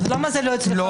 למה זה לא אצלך בוועדה?